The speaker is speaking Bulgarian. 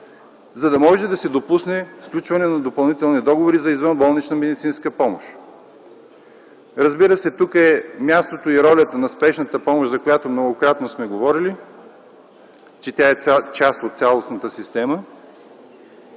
за да може да се допусне сключване на допълнителни договори за извънболнична медицинска помощ. Разбира се, тук е мястото и ролята на Спешната помощ, за която многократно сме говорили, че тя е част от цялостната система.